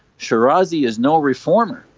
shirazi is no reformer.